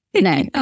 No